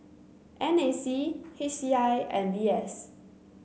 N A C H C I and V S